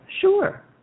Sure